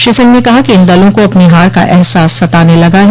श्री सिंह ने कहा कि इन दलों को अपनी हार का एहसास सताने लगा है